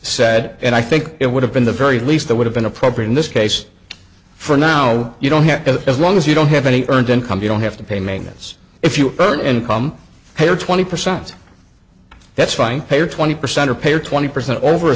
said and i think it would have been the very least that would have been appropriate in this case for now you don't have to as long as you don't have any earned income you don't have to pay maintenance if you earn income or twenty percent that's fine pay or twenty percent or pay or twenty percent over a